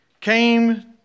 came